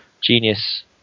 Genius